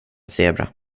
zebra